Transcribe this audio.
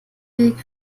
weg